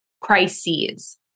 crises